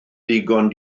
ddigon